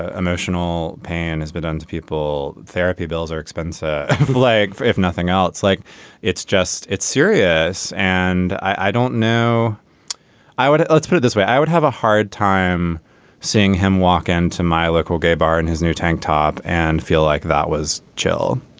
ah emotional pain has been on to people therapy bills or expense ah like if nothing else like it's just it's serious. and i don't know i would. let's put it this way i would have a hard time seeing him walk into my local gay bar in his new tank top and feel like that was chill.